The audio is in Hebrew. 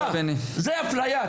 זו אפליה.